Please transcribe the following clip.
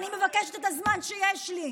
אני מבקשת את הזמן שיש לי.